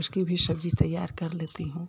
उसके भी सब्ज़ी तैयार कर लेती हूँ